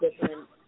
different